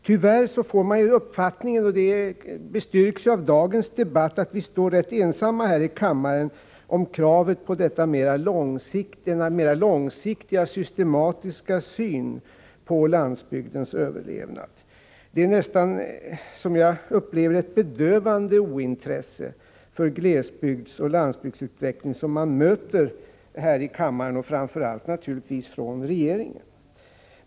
Tyvärr får man uppfattningen — och den bestyrks av dagens debatt — att vi står rätt ensamma här i kammaren om kravet på en mer långsiktig, systematisk syn på landsbygdens överlevnad. Det är nästan, så som jag upplever det, ett bedövande ointresse för glesbygdsoch landsbygdsutveckling som man möter här i kammaren och framför allt från regeringen.